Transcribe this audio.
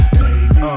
baby